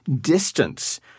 distance